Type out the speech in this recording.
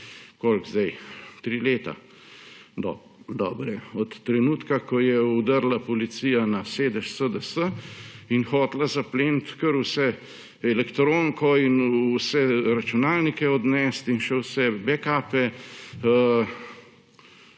koliko zdaj, dobra tri leta od trenutka, ko je vdrla policija na sedež SDS in hotela zapleniti kar vse, elektroniko, vse računalnike odnesti in še vse backupe.